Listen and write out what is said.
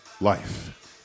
life